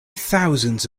thousands